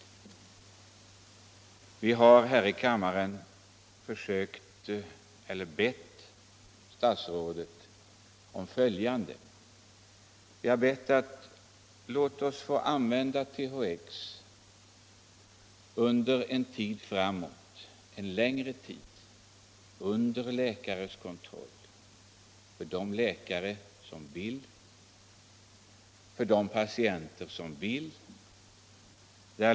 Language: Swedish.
Vi har här i kammaren bett statsrådet om följande: Låt THX få användas under en längre tid framåt, under läkares kontroll — av de läkare som vill, av de patienter som vill.